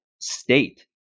state